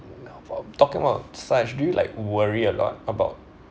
talking about such do you like worry a lot about